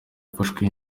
yafashwe